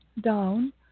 down